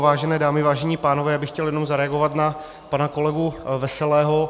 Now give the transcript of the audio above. Vážené dámy, vážení pánové, já bych chtěl jenom zareagovat na pana kolegu Veselého.